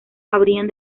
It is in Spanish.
habrían